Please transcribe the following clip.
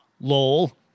lol